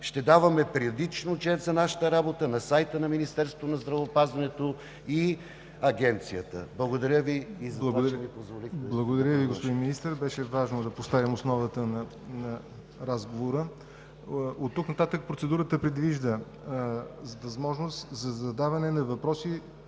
Ще даваме периодичен отчет за нашата работа на сайта на Министерството на здравеопазването и Агенцията. Благодаря Ви и за това, че ми позволихте да завърша. ПРЕДСЕДАТЕЛ ЯВОР НОТЕВ: Благодаря Ви, господин Министър – беше важно да поставим основата на разговора. Оттук нататък процедурата предвижда възможност за задаване на въпроси